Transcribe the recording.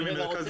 מוטי,